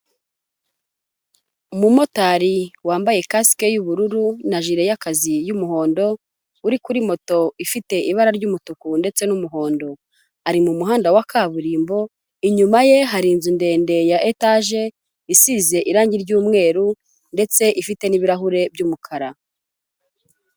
Umumotari wambaye kasike y'uburu na jire y'akazi y'umuhondo, uri kuri moto ifite ibara ry'umutuku ndetse n'umuhondo, ari mu muhanda wa kaburimbo, inyuma ye hari inzu ndende ya etaje isize irangi ry'umweru ndetse ifite n'ibirahure by'umukara.